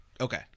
Okay